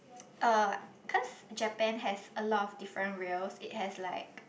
uh cause Japan has a lot of different rails it has like